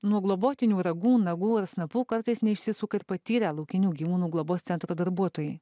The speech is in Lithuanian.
nuo globotinių ragų nagų ar snapų kartais neišsisuka ir patyrę laukinių gyvūnų globos centro darbuotojai